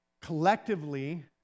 collectively